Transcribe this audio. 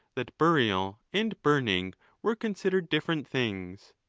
that burial and burning were considered different things.